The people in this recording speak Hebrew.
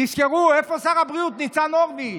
תזכרו, איפה שר הבריאות ניצן הורביץ?